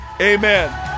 amen